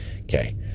okay